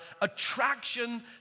attraction